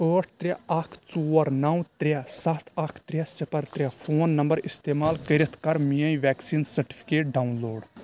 ٲٹھ ترٛےٚ اَکھ ژور نَو ترٛےٚ سَتھ اَکھ ترٛےٚ صِفَر ترٛےٚ فون نمبر استعمال کٔرِتھ کر میٲنۍ ویکسیٖن سرٹِفکیٹ ڈاوُن لوڈ